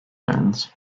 fans